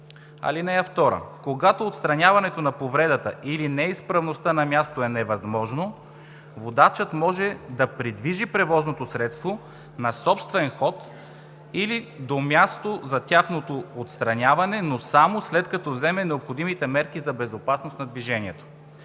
жилетка. (2) Когато отстраняването на повредата или неизправността на място е невъзможно, водачът може да придвижи пътното превозно средство на собствен ход до място за тяхното отстраняване, но само след като вземе необходимите мерки за безопасност на движението.“